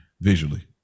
visually